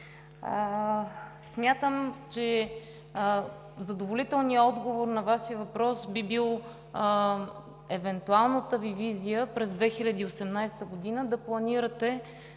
Смятам, че задоволителният отговор на Вашия въпрос би бил евентуалната Ви визия през 2018 г. да планирате